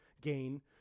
gain